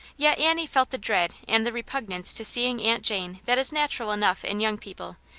yet annie felt the dread and the repugnance to seeing aunt jane that is natural enough in young people,